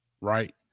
right